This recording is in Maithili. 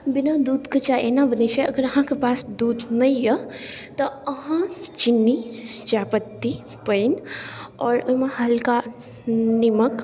बिना दूधके चाइ एना बनै छै अगर अहाँके पास दूध नहि अइ तऽ अहाँ चिन्नी चाइपत्ती पानि आओर ओहिमे हल्का निम्मक